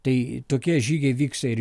tai tokie žygiai vyksta ir